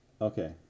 Okay